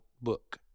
book